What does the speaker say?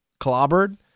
clobbered